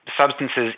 Substances